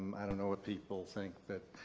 um i don't know if people think that.